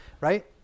right